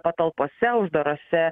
patalpose uždaruose